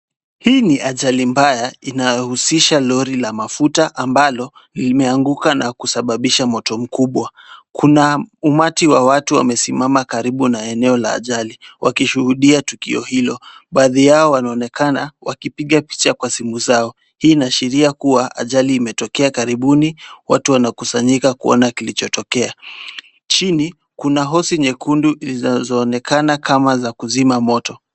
Hii ni ajali mbaya inayohusisha lori la mafuta ambalo limeanguka na kusababisha moto mkubwa. Kuna umati wa watu wamesimama karibu na eneo la ajali wakishuhudia tukio hilo. Baadhi yao wanaonekana wakipiga picha kwa simu zao. Hii inaashiria kuwa ajali imetokea karibuni, watu wanakusanyika kuona kilichotokea. Chini kuna hosi nyekundu zinazoonekana kama za kuzima moto.